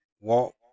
walk